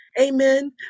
Amen